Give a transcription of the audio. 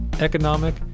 economic